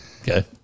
Okay